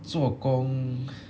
做工